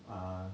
uh